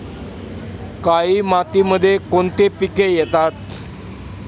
काळी मातीमध्ये कोणते पिके येते?